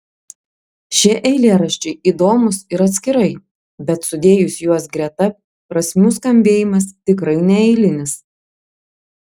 šie eilėraščiai įdomūs ir atskirai bet sudėjus juos greta prasmių skambėjimas tikrai neeilinis